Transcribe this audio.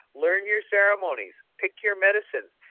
learn your ceremonies, pick your medicines,